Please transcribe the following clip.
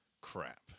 crap